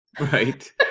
right